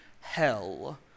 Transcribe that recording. hell